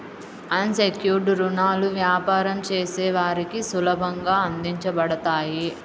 అన్ secured రుణాలు వ్యాపారం చేసే వారికి సులభంగా అందించబడతాయి